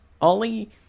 Ollie